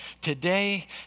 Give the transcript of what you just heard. today